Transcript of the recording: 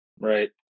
Right